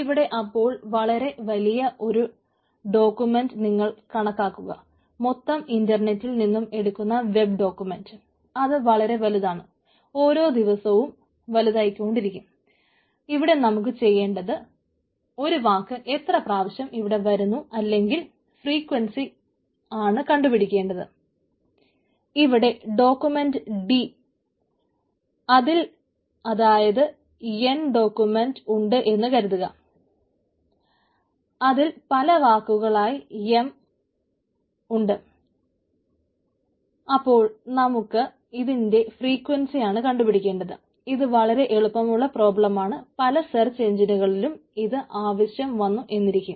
ഇവിടെ അപ്പോൾ വളരെ വലിയ ഒരു ഡോക്യമെന്റ് ഇത് ആവശ്യം വന്നു എന്നിരിക്കും